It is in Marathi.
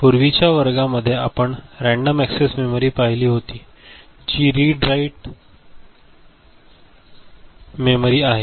पूर्वीच्या वर्गांमध्ये आपण रँडम एक्सेस मेमरी पाहिली होती जी रिड राइट मेमरी आहे